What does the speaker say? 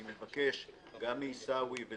אני מבקש גם מעיסאווי,